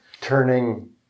turning